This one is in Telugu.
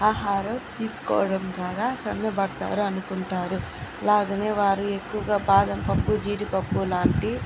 ఆహారం తీసుకోవడం ద్వారా సన్నబడతారు అనుకుంటారు అలాగే వారు ఎక్కువగా బాధ పప్పు జీడిపప్పు లాంటి